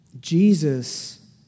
Jesus